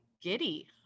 giddy